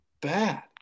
bad